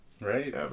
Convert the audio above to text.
Right